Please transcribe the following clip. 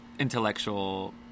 intellectual